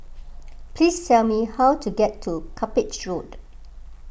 please tell me how to get to Cuppage Road